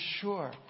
sure